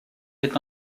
est